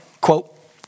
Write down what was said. quote